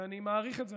ואני מעריך את זה,